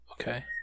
Okay